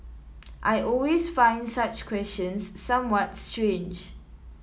I always find such questions somewhat strange